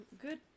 good